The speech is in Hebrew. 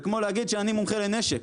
זה כמו להגיד שאני מומחה לנשק.